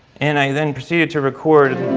and i then proceeded to record.